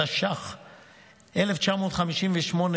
התשי"ח 1958,